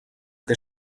que